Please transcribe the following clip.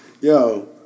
Yo